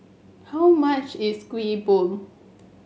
how much is Kuih Bom